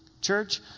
Church